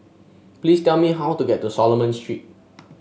please tell me how to get to Solomon Street